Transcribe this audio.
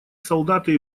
солдаты